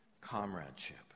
comradeship